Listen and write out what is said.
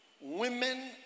women